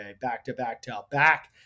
back-to-back-to-back